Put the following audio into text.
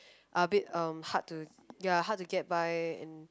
a bit um hard to ya hard to get by and